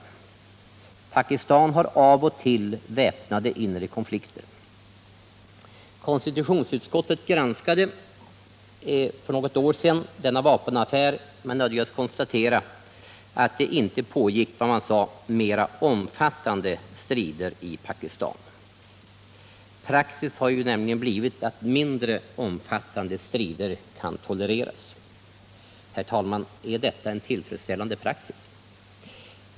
Pakistan har av och till väpnade inre konflikter. Konstitutionsutskottet granskade för något år sedan denna vapenaffär men nödgades konstatera att det inte pågick ”mera omfattande strider i Pakistan”. Praxis har nämligen blivit att mindre omfattande strider kan tolereras. Är detta en tillfredsställande praxis?